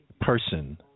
person